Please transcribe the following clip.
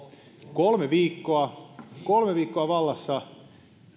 kolme viikkoa kolme viikkoa vallassa